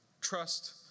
trust